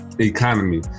economy